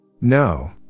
No